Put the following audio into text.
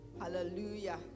Hallelujah